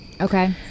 Okay